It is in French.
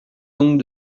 donc